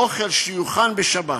אוכל שיוכן בשבת